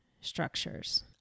structures